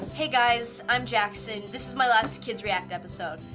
hey guys, i'm jackson. this is my last kids react episode.